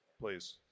please